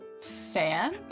fan